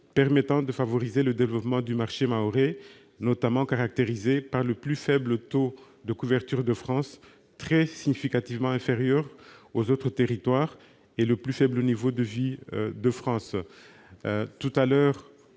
permettant de favoriser le développement du marché mahorais, notamment caractérisé par le plus faible taux de couverture de France, très significativement inférieur aux autres territoires, et le plus faible niveau de vie de France. Le